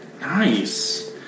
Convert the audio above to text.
Nice